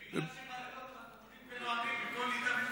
זה בגלל שבלילות אנחנו עומדים ונואמים במקום,